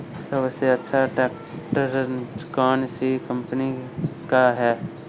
सबसे अच्छा ट्रैक्टर कौन सी कम्पनी का है?